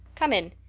come in.